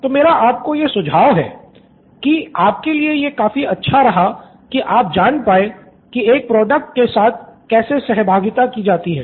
तो मेरा आपको यह सुझाव है कि आपके लिए यह काफी अच्छा रहा कि आप जान पाये कि एक प्रॉडक्ट के साथ कैसे सहभागिता कि जाती है